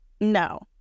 No